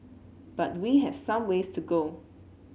but we have some ways to go